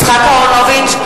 אהרונוביץ,